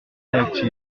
active